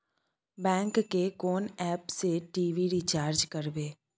Bank के कोन app से टी.वी रिचार्ज करबे?